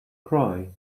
cry